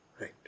Right